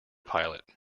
pilot